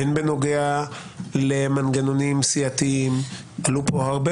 הן בנוגע למנגנונים סיעתיים עלו פה הרבה